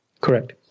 Correct